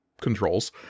controls